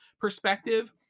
perspective